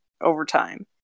overtime